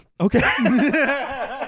Okay